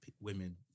women